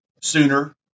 sooner